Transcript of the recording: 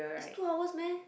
is two hours meh